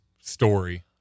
story